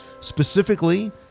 specifically